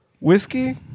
Whiskey